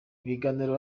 ibiganiro